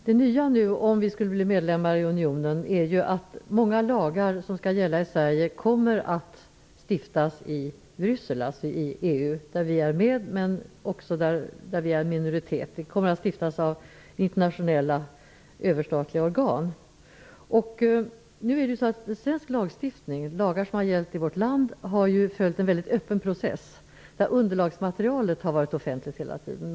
Herr talman! Det nya om vi skulle bli medlemmar i unionen är att många lagar som skall gälla i Sverige kommer att stiftas i EU i Bryssel, där vi är med som en minoritet. Lagar kommer att stiftas av internationella överstatliga organ. Svensk lagstiftning och de lagar som har gällt i vårt land har följt en öppen process. Underlagsmaterialet har varit offentligt.